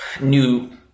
new